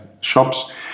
shops